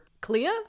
Clea